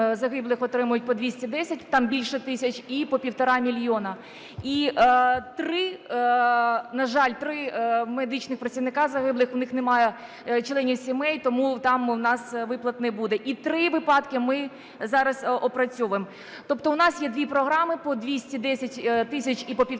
загиблих отримають по 210 там більше тисяч і по півтора мільйона. І, на жаль, 3 медичних працівника загиблих, в них немає членів сімей, тому там в нас виплат не буде. І три випадки ми зараз опрацьовуємо. Тобто в нас є дві програми, по 210 тисяч і по 1,5